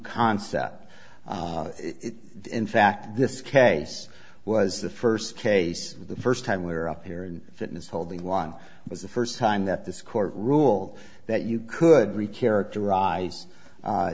concept in fact this case was the first case the first time we were up here and fitness holding one was the first time that this court rule that you could we characterize